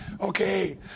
Okay